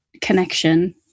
connection